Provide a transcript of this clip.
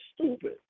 stupid